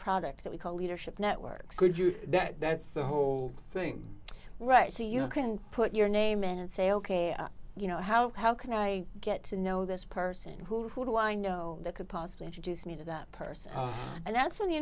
product that we call leadership networks could you that's the whole thing right so you can put your name in and say ok you know how how can i get to know this person who i know that could possibly introduce me to that person and that's where the